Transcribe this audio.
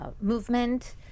movement